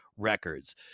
records